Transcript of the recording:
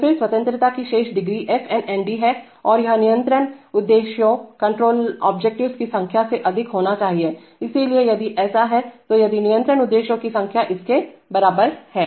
तो फिर स्वतंत्रता की शेष डिग्री f n nd है और यह नियंत्रण उद्देश्यों कण्ट्रोल ओब्जेक्टिवेस की संख्या से अधिक होना चाहिए इसलिए यदि ऐसा है तो यदि नियंत्रण उद्देश्यों की संख्या इसके बराबर है